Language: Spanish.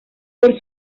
por